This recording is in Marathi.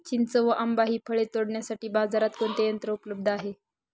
चिंच व आंबा हि फळे तोडण्यासाठी बाजारात कोणते यंत्र उपलब्ध आहे?